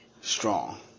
strong